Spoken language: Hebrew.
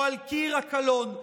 או על קיר הקלון.